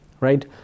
right